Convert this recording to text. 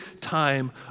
time